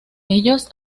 ellos